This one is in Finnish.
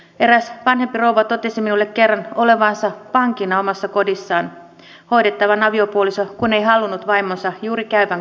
eräs vanhempi rouva totesi minulle kerran olevansa vankina omassa kodissaan hoidettava aviopuoliso kun ei halunnut vaimonsa juuri käyvän kodin ulkopuolella